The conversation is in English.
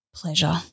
Pleasure